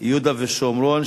(יהודה והשומרון,